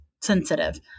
sensitive